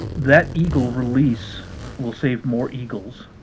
that eagle release will save more eagles